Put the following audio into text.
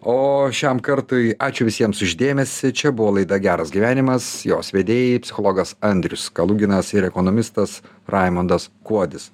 o šiam kartui ačiū visiems už dėmesį čia buvo laida geras gyvenimas jos vedėjai psichologas andrius kaluginas ir ekonomistas raimondas kuodis